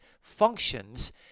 functions